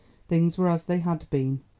things were as they had been.